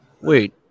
Wait